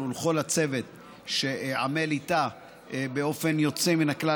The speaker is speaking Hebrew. ולכל הצוות שעמל איתה באופן יוצא מן הכלל.